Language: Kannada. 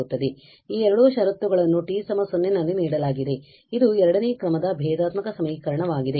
ಆದ್ದರಿಂದ ಈ ಎರಡು ಷರತ್ತುಗಳನ್ನು t 0 ನಲ್ಲಿ ನೀಡಲಾಗಿದೆ ಇದು ಎರಡನೇ ಕ್ರಮದ ಭೇದಾತ್ಮಕ ಸಮೀಕರಣವಾಗಿದೆ